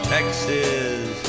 Texas